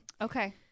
Okay